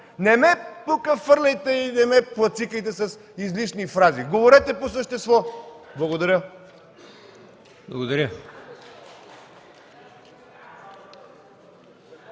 Не ме хвърляйте и не ме плацикайте с излишни фрази. Говорете по същество. Благодаря.